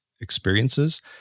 experiences